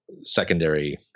secondary